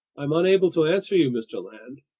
i'm unable to answer you, mr. land.